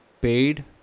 paid